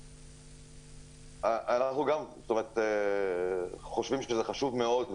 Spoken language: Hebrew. אנחנו חושבים שזה חשוב מאוד,